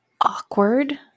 awkward